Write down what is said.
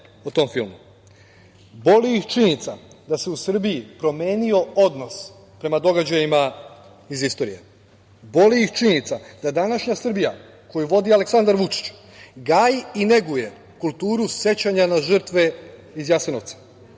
ih činjenica da se u Srbiji promenio odnos prema događajima iz istorije. Boli ih činjenica da današnja Srbija, koju vodi Aleksandar Vučić, gaji i neguje kulturu sećanja na žrtve iz Jasenovca,